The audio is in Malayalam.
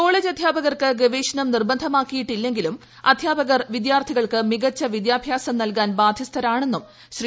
കോളേജ് അധ്യാപകർക്ക് ഗവേഷണം നിർബന്ധമാക്കിയിട്ടില്ലെങ്കിലും അധ്യാപകർ വിദ്യാർത്ഥികൾക്ക് മികച്ച വിദ്യാഭ്യാസം നൽകാൻ ബാദ്ധ്യസ്ഥരാണെന്നും ശ്രീ